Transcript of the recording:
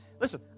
Listen